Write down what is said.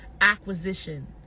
acquisition